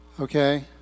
Okay